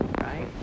Right